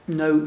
no